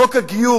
חוק הגיור,